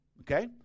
Okay